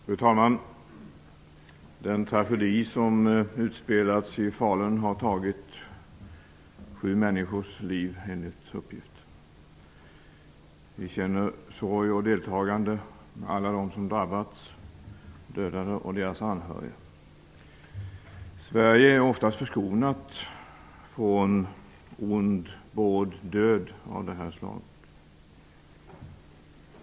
Fru talman! Den tragedi som utspelats i Falun har tagit sju människors liv enligt uppgift. Vi känner sorg och deltagande med alla dem som drabbats, de dödade och deras anhöriga. Sverige är oftast förskonat från ond, bråd död av det här slaget.